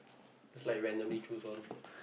it's like randomly choose one